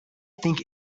think